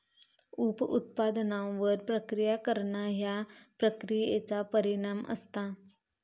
उप उत्पादनांवर प्रक्रिया करणा ह्या प्रक्रियेचा परिणाम असता